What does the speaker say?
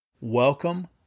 Welcome